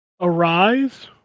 Arise